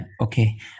Okay